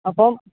അപ്പം